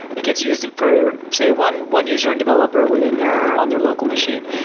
it gets used for say, one one user and developer within their on their local machine.